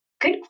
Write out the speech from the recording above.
Good